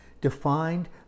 defined